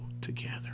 together